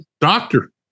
doctor